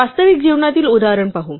वास्तविक जीवनातील उदाहरण पाहू